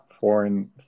foreign